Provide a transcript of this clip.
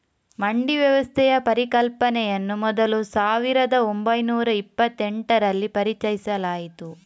ಮಂಡಿ ವ್ಯವಸ್ಥೆಯ ಪರಿಕಲ್ಪನೆಯನ್ನು ಮೊದಲು ಸಾವಿರದ ಓಂಬೈನೂರ ಇಪ್ಪತ್ತೆಂಟರಲ್ಲಿ ಪರಿಚಯಿಸಲಾಯಿತು